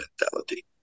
mentality